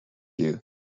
you